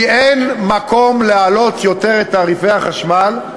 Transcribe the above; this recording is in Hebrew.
כי אין מקום להעלות יותר את תעריפי החשמל,